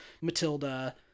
Matilda